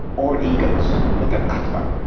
or egos but their atman.